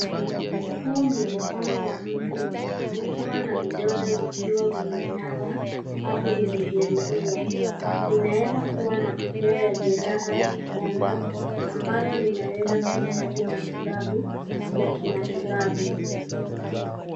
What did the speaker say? Huu ni mkono wa mtu, ukiwa na vidole vikiwa vimeinama au vimejeruhiwa. Inaeza kua matokeo ya jeraha la kupanda, ambalo linaweza kuhitaji matibabu ya kimatibabu.